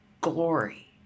glory